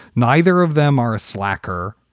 neither of them are a slacker.